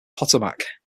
potomac